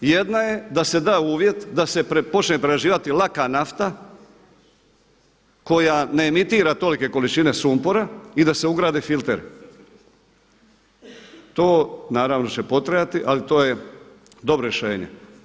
Jedna je da se da uvjet da se počne prerađivati laka nafta koja ne emitira tolike količine sumpora i da se ugrade filteri, to naravno da će potrajati, ali to je dobro rješenje.